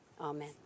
amen